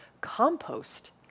compost